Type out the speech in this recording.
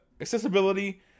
Accessibility